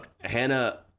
Hannah